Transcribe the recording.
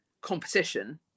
competition